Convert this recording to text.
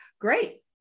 Great